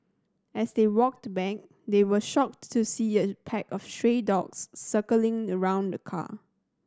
as they walked back they were shocked to see a pack of stray dogs circling around the car